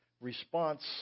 response